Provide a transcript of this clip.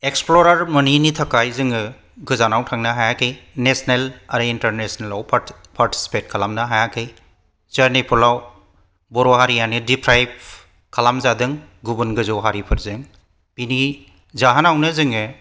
explorer मोनैनि थाखाय जोङो गोजानाव थांनो हायाखै नेशनेल आरो इन्टारनेशनेलाव पार्टिसिपेट खालामनो हायाखै जारनि फलाव बर' हारियानो डिफ्राइभ खालाम जादों गुबुन गोजौ हारिफोरजों बिनि जाहोनावनो जोङो